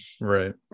Right